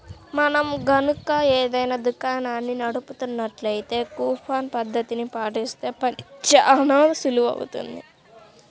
మనం గనక ఏదైనా దుకాణాన్ని నడుపుతున్నట్లయితే కూపన్ పద్ధతిని పాటిస్తే పని చానా సులువవుతుంది